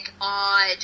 odd